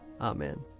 Amen